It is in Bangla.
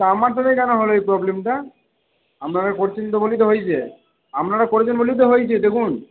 তা আমার সাথে কেন হবে এই প্রবলেমটা আপনারা করছেন তো বলেই তো হয়েছে আপনারা করেছেন বলেই তো হয়েছে দেখুন